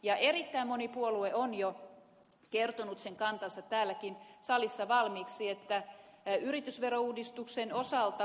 ja erittäin moni puolue on jo kertonut sen kantansa täälläkin salissa valmiiksi että yritysverouudistuksen osalta